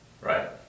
Right